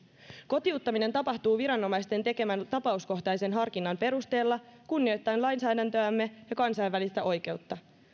kotiuttaminen tapahtuu viranomaisten tekemän tapauskohtaisen harkinnan perusteella kunnioittaen lainsäädäntöämme ja kansainvälistä oikeutta